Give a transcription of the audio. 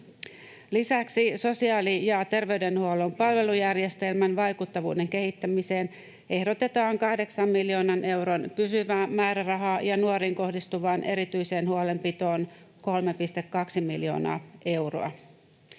Lisäksi sosiaali- ja terveydenhuollon palvelujärjestelmän vaikuttavuuden kehittämiseen ehdotetaan 8 miljoonan euron pysyvää määrärahaa ja nuoriin kohdistuvaan erityiseen huolenpitoon 3,2 miljoonaa euroa.